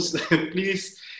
Please